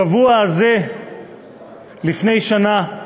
השבוע לפני שנה,